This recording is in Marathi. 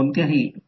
मग L1 L2 2 M